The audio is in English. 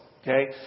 Okay